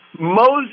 Moses